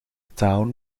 town